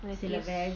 lettuce